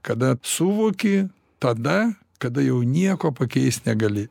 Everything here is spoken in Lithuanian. kada suvoki tada kada jau nieko pakeist negali